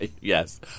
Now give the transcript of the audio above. yes